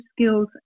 skills